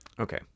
Okay